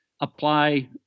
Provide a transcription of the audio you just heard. apply